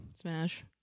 smash